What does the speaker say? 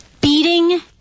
Beating